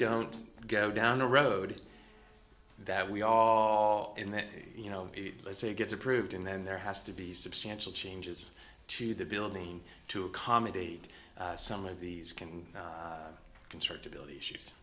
don't go down the road that we are are in that you know let's say gets approved and then there has to be substantial changes to the building to accommodate some of these can constrict ability she